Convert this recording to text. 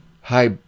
Hi